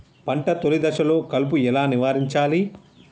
పంట తొలి దశలో కలుపు ఎలా నివారించాలి?